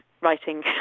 writing